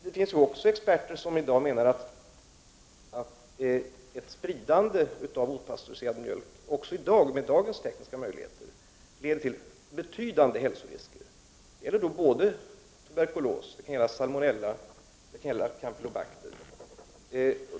Det finns i dag även experter som menar att ett spridande av opastöriserad mjölk också med dagens tekniska möjligheter leder till betydande hälsorisker. Det gäller tuberkulos, salmonella och campylobacter.